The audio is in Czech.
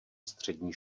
střední